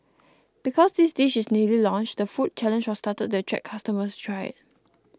because this dish is newly launched the food challenge was started to attract customers to try it